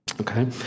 okay